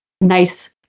nice